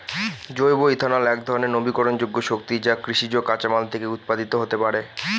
জৈব ইথানল একধরনের নবীকরনযোগ্য শক্তি যা কৃষিজ কাঁচামাল থেকে উৎপাদিত হতে পারে